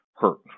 hurt